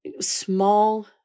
small